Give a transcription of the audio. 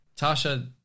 Tasha